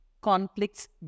conflicts